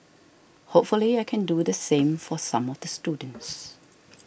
hopefully I can do the same for some of the students